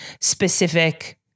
specific